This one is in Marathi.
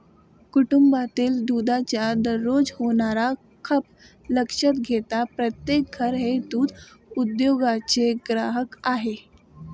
कुटुंबातील दुधाचा दररोज होणारा खप लक्षात घेता प्रत्येक घर हे दूध उद्योगाचे ग्राहक आहे